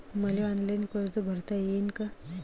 मले ऑनलाईन कर्ज भरता येईन का?